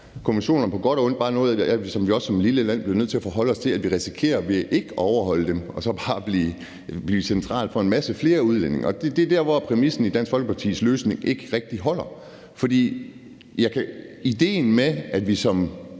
konventionerne på godt og ondt bare noget, vi som lille land bliver nødt til at forholde os til. Vi risikerer ved ikke at overholde dem bare at blive en central for en masse flere udlændinge. Det er der, hvor præmissen i Dansk Folkepartis løsning ikke rigtig holder. I forhold til det med, at vi som